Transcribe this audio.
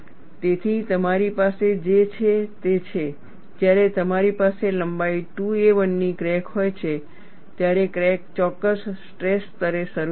તેથી તમારી પાસે જે છે તે છે જ્યારે તમારી પાસે લંબાઈ 2a1 ની ક્રેક હોય છે ત્યારે ક્રેક ચોક્કસ સ્ટ્રેસ સ્તરે શરૂ થાય છે